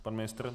Pan ministr?